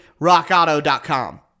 rockauto.com